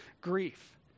grief